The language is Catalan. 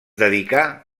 dedicà